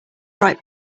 right